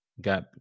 got